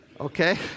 okay